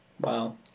Wow